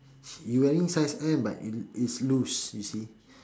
you wearing size M but it is loose you see